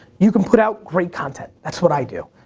you can put out great content, that's what i do.